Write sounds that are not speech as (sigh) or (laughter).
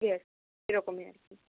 (unintelligible) সেরকমই আর কি